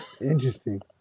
Interesting